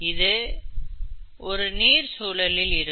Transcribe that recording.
இது ஒரு நீர் சூழலில் இருக்கும்